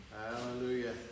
Hallelujah